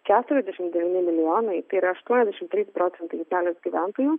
keturiasdešim devyni milijonai tai yra aštuoniasdešim trys procentai italijos gyventojų